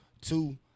Two